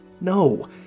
No